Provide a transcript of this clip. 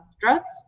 drugs